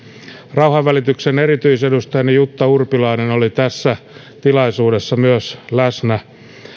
rauhanvälityksen erityisedustajani jutta urpilainen oli tässä tilaisuudessa myös läsnä